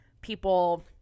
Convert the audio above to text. people